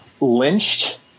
lynched